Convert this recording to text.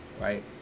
right